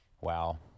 Wow